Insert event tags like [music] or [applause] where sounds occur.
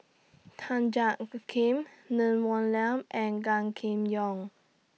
Tan Jiak [noise] Kim Neng Woon Liang and Gan Kim Yong